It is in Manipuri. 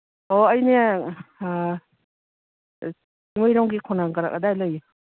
ꯑꯣ ꯑꯩꯅꯦ ꯆꯤꯡꯃꯩꯔꯣꯡꯒꯤ ꯈꯣꯡꯅꯥꯡ ꯀꯥꯔꯛ ꯑꯗꯨꯋꯥꯏ ꯂꯩꯌꯦ